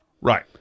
Right